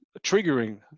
triggering